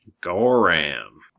Goram